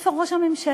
איפה ראש הממשלה?